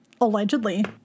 Allegedly